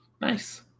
Nice